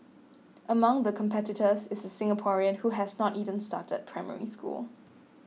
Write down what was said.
among the competitors is a Singaporean who has not even started Primary School